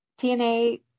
TNA